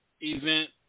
event